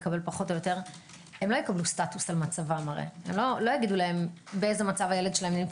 לא יגידו להם באיזה מצב הילד שלהם נמצא,